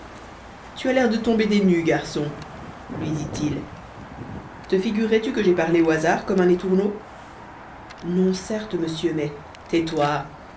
tu as l'air de tomber des nues garçon lui dit-il te figurerais tu que j'ai parlé au hasard comme un étourneau non certes monsieur mais tais-toi